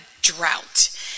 drought